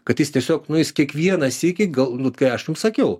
kad jis tiesiog nu jis kiekvieną sykį gal kai aš jum sakiau